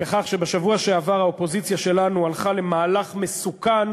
בכך שבשבוע שעבר האופוזיציה שלנו הלכה למהלך מסוכן,